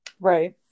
Right